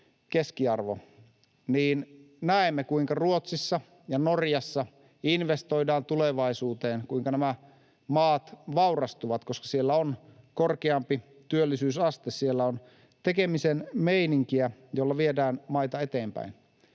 keskiarvo — niin näemme, kuinka Ruotsissa ja Norjassa investoidaan tulevaisuuteen, kuinka nämä maat vaurastuvat, koska siellä on korkeampi työllisyysaste, siellä on tekemisen meininkiä, jolla viedään maita eteenpäin.